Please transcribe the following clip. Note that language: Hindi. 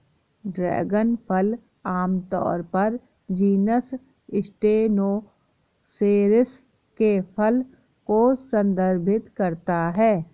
ड्रैगन फल आमतौर पर जीनस स्टेनोसेरेस के फल को संदर्भित करता है